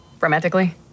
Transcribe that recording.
Romantically